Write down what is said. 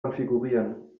konfigurieren